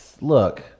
Look